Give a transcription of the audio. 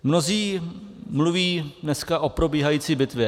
Mnozí mluví dneska o probíhající bitvě.